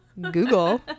Google